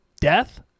death